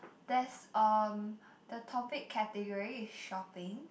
there's um the topic category is shopping